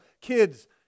kids